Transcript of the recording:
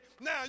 Now